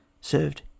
served